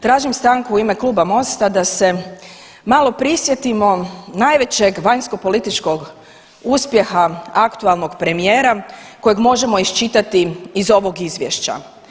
Tražim stanku u ime Kluba Mosta da se malo prisjetimo najvećeg vanjsko političkog uspjeha aktualnog premijera kojeg možemo iščitati iz ovog izvješća.